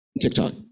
TikTok